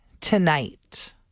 Tonight